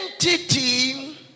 identity